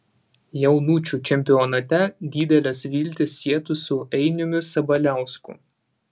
jaunučių čempionate didelės viltys sietos su ainiumi sabaliausku